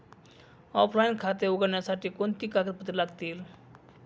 Offline खाते उघडण्यासाठी कोणती कागदपत्रे लागतील?